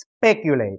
speculate